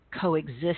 coexist